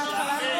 הזמן שלך.